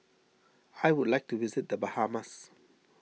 I would like to visit the Bahamas